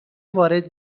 وارد